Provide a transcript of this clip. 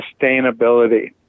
sustainability